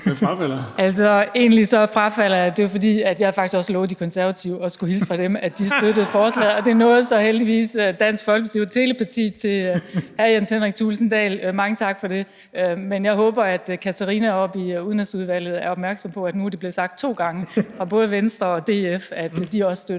Egentlig frafalder jeg, men det var, fordi jeg faktisk også havde lovet De Konservative at hilse fra dem og sige, at de støtter forslaget. Det nåede så heldigvis via telepati til hr. Jens Henrik Thulesen Dahl. Mange tak for det. Men jeg håber, at Katarina Ammitzbøll oppe i Udenrigsudvalget er opmærksom på, at det nu er blevet sagt to gange, fra både Venstre og DF, at de også støtter